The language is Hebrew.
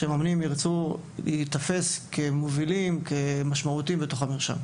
כי מאמנים ירצו להיתפס כמובילים וכמשמעותיים בתוך המרשם.